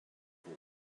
form